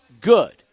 good